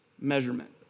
measurement